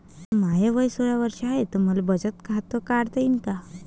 माय वय सोळा वर्ष हाय त मले बचत खात काढता येईन का?